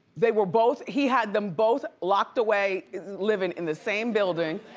they were both, he had them both locked away living in the same building.